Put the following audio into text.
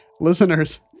Listeners